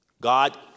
God